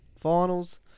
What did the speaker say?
Finals